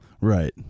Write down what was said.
Right